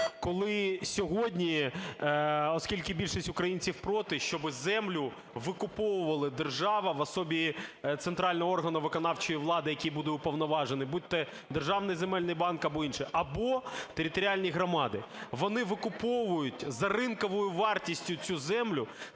Коли сьогодні, оскільки більшість українців проти, щоби землю викуповувала держава в особі центрального органу виконавчої влади, який буде уповноважений, будь то Державний земельний банк або інше, або територіальні громади. Вони викуповують за ринковою вартістю цю землю,